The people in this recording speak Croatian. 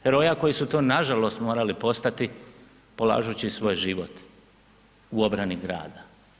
Heroja koji su to nažalost morali postati polažući svoj život u obrani grada.